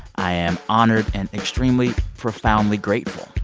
i am honored and extremely, profoundly grateful.